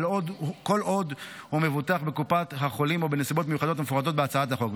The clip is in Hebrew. כל עוד הוא מבוטח בקופת החולים או בנסיבות מיוחדות המפורטות בהצעת החוק.